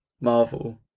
Marvel